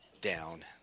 down